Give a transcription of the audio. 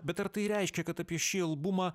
bet ar tai reiškia kad apie šį albumą